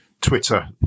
Twitter